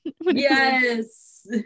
Yes